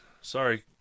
Sorry